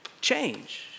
change